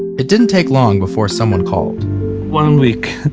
it didn't take long before someone called one week,